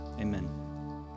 Amen